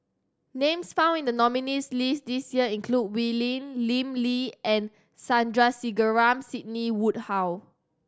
names found in the nominees' list this year include Wee Lin Lim Lee and Sandrasegaran Sidney Woodhull